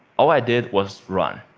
all i did was run.